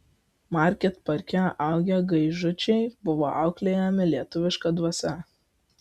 market parke augę gaižučiai buvo auklėjami lietuviška dvasia